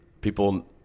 people